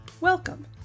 Welcome